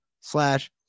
slash